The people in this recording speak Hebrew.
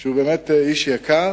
הוא באמת איש יקר,